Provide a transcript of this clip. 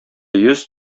йөз